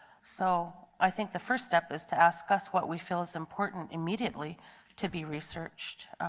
so i think the first step is to ask us what we feel is important immediately to be researched.